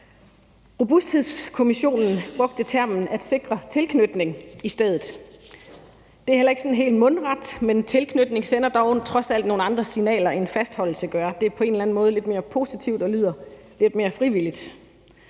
Robusthedskommissionen brugte termen at sikre tilknytning i stedet. Det er heller ikke sådan helt mundret, men tilknytning sender dog trods alt nogle andre signaler, end fastholdelse gør. Det er på en eller anden måde lidt mere positivt og lyder lidt mere frivilligt.